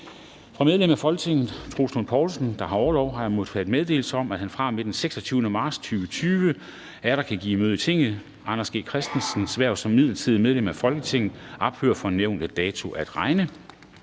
Fra medlem af Folketinget Troels Lund Poulsen (V), der har orlov, har jeg modtaget meddelelse om, at han fra og med den 26. marts 2020 atter kan give møde i Tinget. Anders G. Christensens hverv som midlertidigt medlem af Folketinget ophører fra nævnte dato at regne.